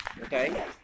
okay